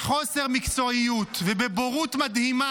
בחוסר מקצועיות ובבורות מדהימה,